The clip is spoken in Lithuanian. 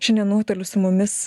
šiandien nuotoliu su mumis